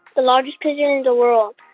the largest pigeon in the world.